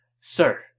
Sir